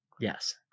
Yes